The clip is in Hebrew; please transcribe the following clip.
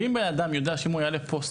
אם בן אדם יודע שאם הוא יעלה פוסט,